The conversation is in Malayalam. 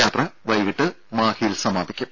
യാത്ര വൈകീട്ട് മാഹിയിൽ സമാപിക്കും